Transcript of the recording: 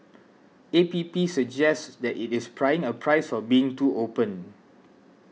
A P P suggests it is paying a price for being too open